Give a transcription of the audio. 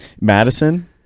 Madison